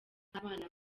nk’abana